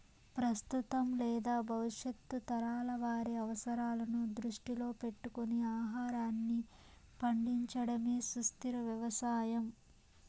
ప్రస్తుతం లేదా భవిష్యత్తు తరాల వారి అవసరాలను దృష్టిలో పెట్టుకొని ఆహారాన్ని పండించడమే సుస్థిర వ్యవసాయం